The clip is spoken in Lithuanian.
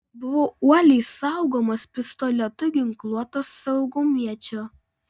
buvau uoliai saugomas pistoletu ginkluoto saugumiečio